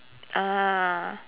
ah